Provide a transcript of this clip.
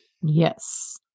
Yes